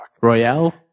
Royale